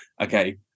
okay